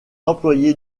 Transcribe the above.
employé